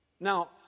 Now